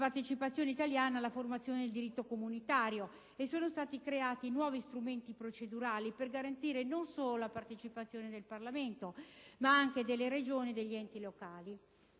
partecipazione italiana alla formazione del diritto comunitario e sono stati creati nuovi strumenti procedurali per garantire non solo la partecipazione del Parlamento, ma anche delle Regioni e degli enti locali.